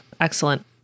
Excellent